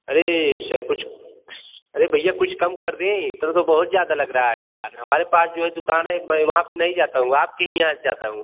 अरे सर कुछ अरे भइया कुछ कम कर दें इतना तो बहुत ज़्यादा लग रहा है यार हमारे पास जो दुकान है मैं वहाँ पे नहीं जाता हूँ आपके ही जाता हूँ